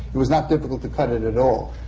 it was not difficult to cut it at all.